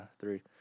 three